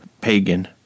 Pagan